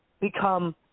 become